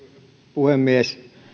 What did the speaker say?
puhemies